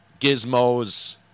gizmos